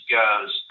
goes